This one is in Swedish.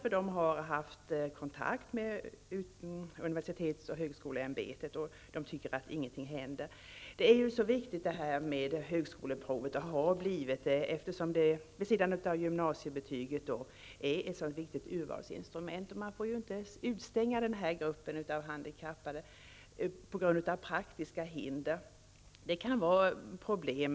De har nämligen haft kontakt med universitets och högskoleämbetet, och de tycker att det inte händer någonting. Högskoleprovet har kommit att bli så viktigt, eftersom det vid sidan om gymnasiebetyget är ett så viktigt urvalsinstrument. Man får inte utestänga den här gruppen av handikappade på grund av praktiska hinder. Det kan finnas problem.